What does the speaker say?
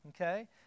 okay